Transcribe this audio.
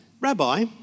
Rabbi